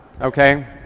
Okay